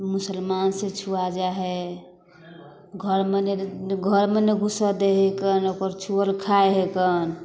मुसलमानसँ छुआ जाइ हइ घरमे घरमे नहि घुसऽ दै हइ कन आओर नहि ओकर छुअल खाइ हइ कन